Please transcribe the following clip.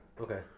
Okay